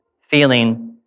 feeling